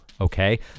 okay